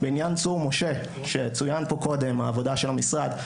בעניין צור משה, שצוין פה קודם, העבודה של המשרד,